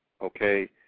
Okay